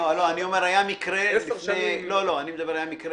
לא, עשר שנים --- אני אומר, היה מקרה